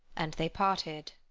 and they parted.